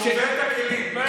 שובר את הכלים.